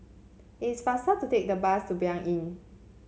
it is faster to take the bus to Blanc Inn